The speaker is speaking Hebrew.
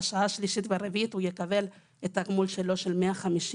הוא יקבל את הגמול שלו לשעה השלישית